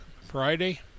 Friday